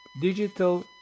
digital